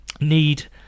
need